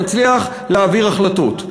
מצליח להעביר החלטות.